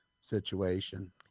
situation